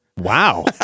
Wow